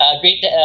Great